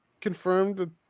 confirmed